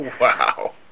Wow